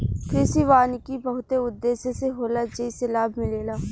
कृषि वानिकी बहुते उद्देश्य से होला जेइसे लाभ मिलेला